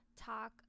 talk